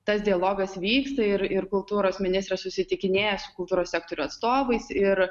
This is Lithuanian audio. tas dialogas vyksta ir ir kultūros ministras susitikinėja su kultūros sektorių atstovais ir